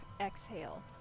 exhale